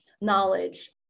knowledge